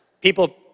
people